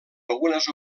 algunes